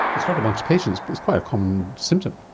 it's not amongst patients, but it's quite a common symptom.